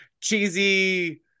cheesy